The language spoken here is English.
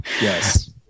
Yes